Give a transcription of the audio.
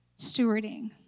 stewarding